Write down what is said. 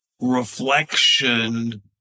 reflection